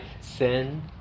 sin